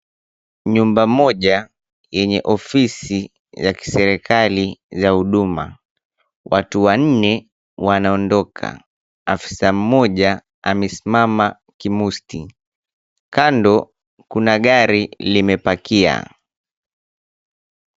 Nyumba moja yenye ofisi za kiserikali za Huduma. Watu wanne wanaondoka. Afisa mmoja amesimama kimusti. kando kuna gari limepakia.